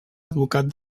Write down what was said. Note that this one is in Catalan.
advocat